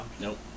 Nope